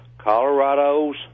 Colorado's